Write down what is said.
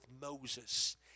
Moses